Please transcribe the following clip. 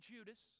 Judas